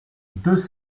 deux